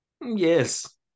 Yes